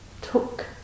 took